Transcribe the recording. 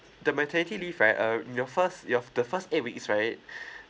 the maternity leave right uh in your first your the first eight weeks right